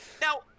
now